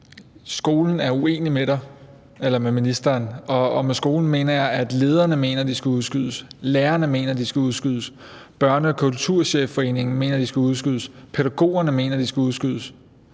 skolen er uenig med ministeren, og med skolen mener jeg, at skolelederne mener, at de skal udskydes; lærerne mener, at de skal udskydes; Børne- og Kulturchefforeningen mener, at de skal udskydes; pædagogerne mener, at de skal udskydes;